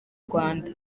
rwanda